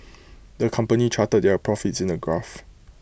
the company charted their profits in A graph